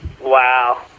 Wow